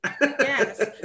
Yes